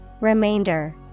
Remainder